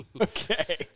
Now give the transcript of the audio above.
Okay